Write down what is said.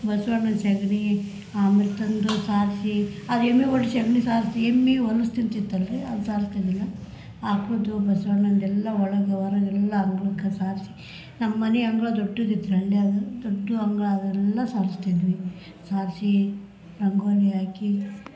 ಬಸ್ವಣ್ಣನ ಸಗ್ಣೀ ಆಮೇಲೆ ತಂದು ಸಾರಿಸಿ ಆ ಎಮ್ಮೆಗುಳು ಸಗ್ಣಿ ಸಾರಿಸಿ ಎಮ್ಮೆ ಹೊಲುಸು ತಿಂತಿತ್ತು ಅಲ್ಲರಿ ಅದು ಸಾರಸ್ತಿದ್ದಿಲ್ಲ ಆಕ್ಳದ್ದು ಬಸವಣ್ಣಂದ್ದೆಲ್ಲ ಒಳಗೆ ಹೊರಗೆ ಎಲ್ಲ ಆ ಮೂಲಕ ಸಾರಿಸಿ ನಮ್ಮ ಮನೆಯಂಗಳ ದೊಡ್ಡದಿತ್ತು ಹಳ್ಳಿಯಾಗ ದೊಡ್ಡ ಅಂಗಳ ಅದನ್ನೆಲ್ಲ ಸಾರಿಸ್ತಿದ್ವಿ ಸಾರಿಸಿ ರಂಗೋಲಿ ಹಾಕಿ